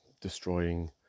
destroying